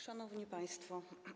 Szanowni Państwo!